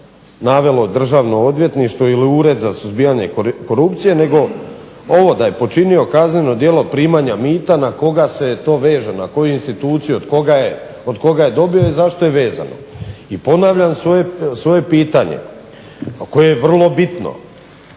navelo Državno odvjetništvo ili Ured za suzbijanje korupcije nego ovo da je počinio kazneno djelo primanja mita na koga se to veže, na koju instituciju, od koga je dobio i za što je vezano. I ponavljam svoje pitanje koje je vrlo bitno,